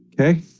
Okay